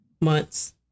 months